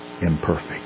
imperfect